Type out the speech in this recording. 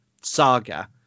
saga